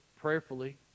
prayerfully